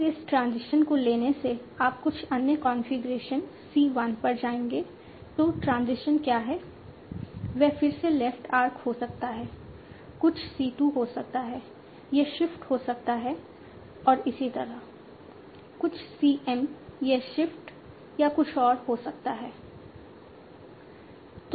फिर इस ट्रांजिशन को लेने से आप कुछ अन्य कॉन्फ़िगरेशन C 1 पर जाएंगे तो ट्रांजिशन क्या है वह फिर से लेफ्ट आर्क हो सकता है कुछ C 2 हो सकता है यह शिफ्ट हो सकता है और इसी तरह कुछ C m यह शिफ्ट या कुछ और हो सकता है